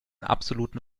absoluten